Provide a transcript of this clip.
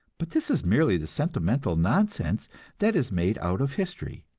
but this is merely the sentimental nonsense that is made out of history.